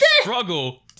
struggle